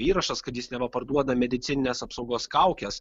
įrašas kad jis neva parduoda medicinines apsaugos kaukes